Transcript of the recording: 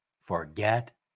forget